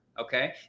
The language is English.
Okay